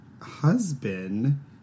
husband